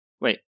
Wait